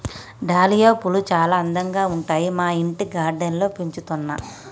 dahlia పూలు చాల అందంగా ఉంటాయి మా ఇంటి గార్డెన్ లో పెంచుతున్నా